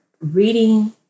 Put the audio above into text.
reading